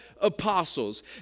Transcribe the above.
apostles